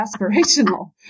aspirational